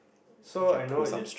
so I know it